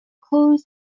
Close